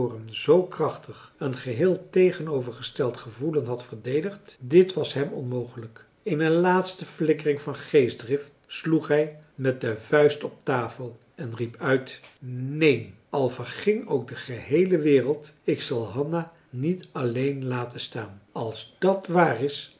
zoo krachtig een geheel tegenovergesteld gevoelen had verdedigd dit was hem onmogelijk in een laatste flikkering van geestdrift sloeg hij met de vuist op de tafel en riep uit neen al verging ook de geheele wereld ik zal hanna niet alleen laten staan als dat waar is